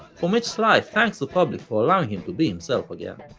from which sly thanks the public for allowing him to be himself again.